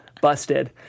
Busted